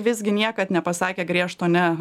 visgi niekad nepasakė griežto ne